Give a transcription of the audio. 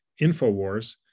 Infowars